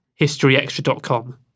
historyextra.com